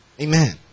Amen